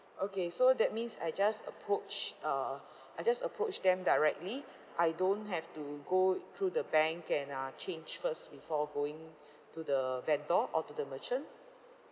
okay so that means I just approach uh I just approach them directly I don't have to go through the bank and uh change first before going to the vendor or to the merchant